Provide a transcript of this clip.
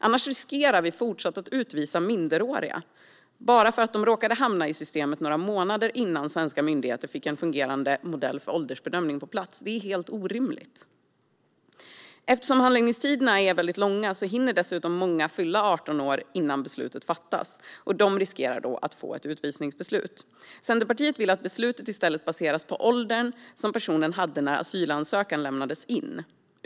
Annars riskerar vi att fortsatt utvisa minderåriga bara för att de råkade hamna i systemet några månader innan svenska myndigheter fick en fungerande modell för åldersbedömning på plats. Det är helt orimligt. Eftersom handläggningstiderna är väldigt långa hinner dessutom många fylla 18 år innan beslutet fattas och riskerar då att få ett utvisningsbeslut. Centerpartiet vill att beslutet i stället baseras på åldern personen hade när asylansökan lämnades in.